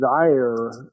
desire